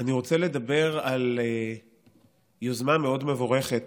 אני רוצה לדבר על יוזמה מאוד מבורכת